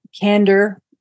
candor